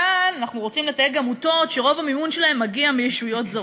כאן אנחנו רוצים לתייג עמותות שרוב המימון שלהן מגיע מישויות זרות.